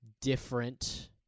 different –